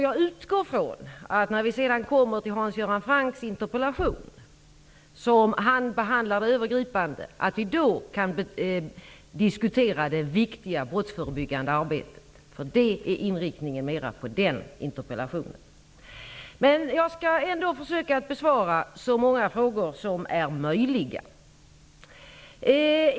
Jag utgår från att vi när vi sedan kommer till Hans Göran Francks interpellation som behandlar övergripande frågor kan diskutera det viktiga brottsförebyggande arbetet. Det är inriktningen på den interpellationen. Jag skall ändå försöka besvara så många frågor som möjligt.